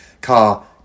Car